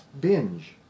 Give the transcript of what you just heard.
binge